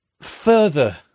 further